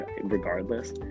regardless